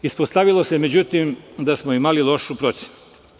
Ispostavilo se, međutim, da smo imali lošu procenu.